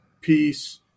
peace